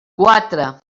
quatre